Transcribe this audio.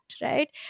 right